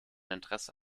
interesse